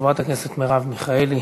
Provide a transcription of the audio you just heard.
חברת הכנסת מרב מיכאלי,